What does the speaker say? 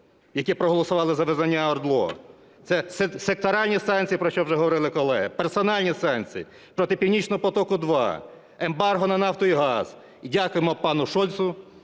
які проголосували за визнання ОРДЛО, це секторальні санкції, про що вже говорили колеги, персональні санкції, проти "Північного потоку – 2", ембарго на нафту і газ. І дякуємо пану Шольцу,